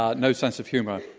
ah no sense of humor.